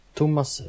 Thomas